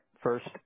First